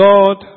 God